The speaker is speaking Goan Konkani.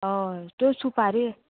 हय त्यो सुपारी